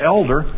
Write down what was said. Elder